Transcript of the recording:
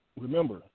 remember